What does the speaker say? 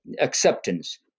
acceptance